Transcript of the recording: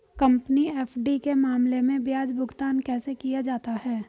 Company F D के मामले में ब्याज भुगतान कैसे किया जाता है?